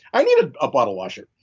i needed a bottle washer.